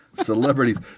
celebrities